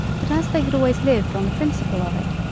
but as they had always lived on the principal of it,